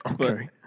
Okay